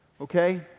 Okay